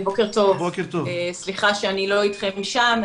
בוקר טוב, סליחה שאני לא אתכם שם.